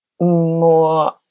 more